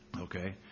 Okay